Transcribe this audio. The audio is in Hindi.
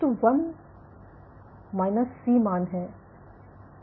तो 1 मायनस C मान है